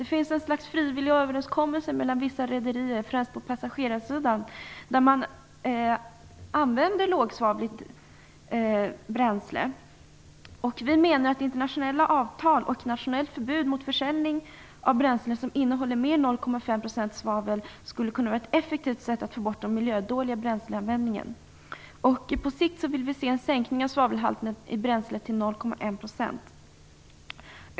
Det finns ett slags frivillig överenskommelse mellan vissa rederier, främst på passagerarsidan, som innebär att man använder lågsvavligt bränsle. Vi menar att internationella avtal och nationellt förbud mot försäljning av bränslen som innehåller mer än 0,5 % svavel skulle vara ett effektivt sätt att få bort den miljödåliga bränsleanvändningen. På sikt vill vi se en sänkning av svavelhalten i bränsle till 0,1 %.